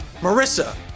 Marissa